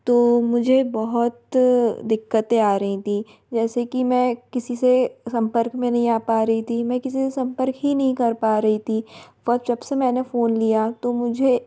तो मुझे बहुत दिक्कतें आ रहीं थी जैसे कि मैं किसी से संपर्क में नहीं आ पा रई थी मैं किसी से संपर्क ही नहीं कर पा रही थी पर जब से मैने फ़ोन लिया तो मुझे